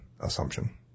assumption